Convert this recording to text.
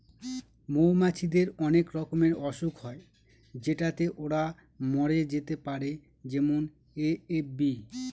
মৌমাছিদের অনেক রকমের অসুখ হয় যেটাতে ওরা মরে যেতে পারে যেমন এ.এফ.বি